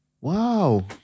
wow